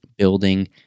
building